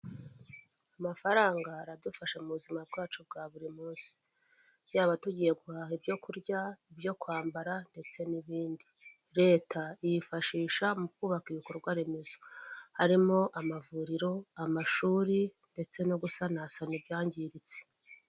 Amafaranga aradufasha mu buzima bwacu bwa buri munsi. Yaba tugiye guhaha ibyo kurya byo kwambara ndetse n'ibindi. Leta yifashisha mu kubaka ibikorwa remezo harimo; amavuriro, amashuri, ndetse no gusanasana ibyangiritse.